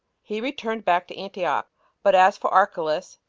he returned back to antioch but as for archelaus,